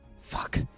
Fuck